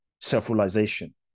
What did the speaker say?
self-realization